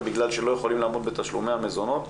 בגלל שלא יכולים לעמוד בתשלומי המזונות.